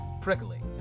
prickly